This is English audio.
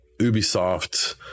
Ubisoft